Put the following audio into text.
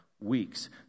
weeks